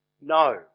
No